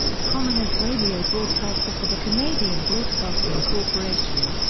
a prominent radio broadcaster for the canadian broadcasting corporation.